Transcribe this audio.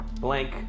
blank